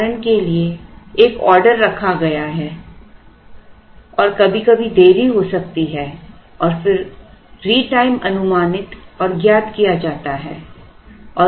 उदाहरण के लिए एक ऑर्डर रखा गया है और कभी कभी देरी हो सकती है और फिर रीटाइम अनुमानित और ज्ञात किया जाता है